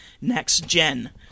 next-gen